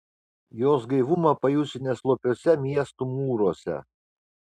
jos gaivumą pajusi ne slopiuose miestų mūruose